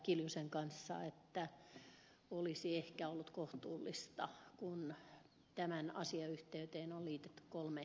kiljusen kanssa että olisi ehkä ollut kohtuullista kun tämän asian yhteyteen on liki kolme